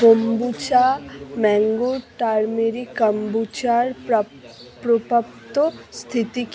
kombucha mango turmeric কাম্বুচার প্রপ প্রাপ্ত স্থিতি কি